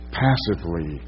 passively